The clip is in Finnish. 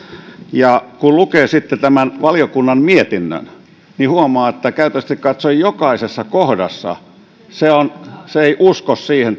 ja sitten kun lukee tämän valiokunnan mietinnön niin huomaa että käytännöllisesti katsoen jokaisessa kohdassa on niin että valiokunta ei usko siihen